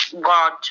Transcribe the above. God